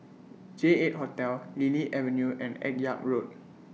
J eight Hotel Lily Avenue and Akyab Road